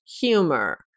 humor